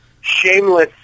shameless